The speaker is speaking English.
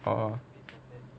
orh